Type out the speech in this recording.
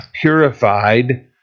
purified